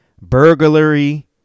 burglary